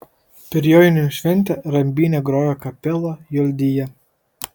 per joninių šventę rambyne grojo kapela joldija